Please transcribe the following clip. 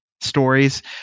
stories